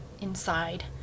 inside